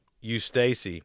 Eustace